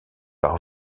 par